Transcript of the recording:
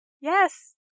Yes